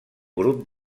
grup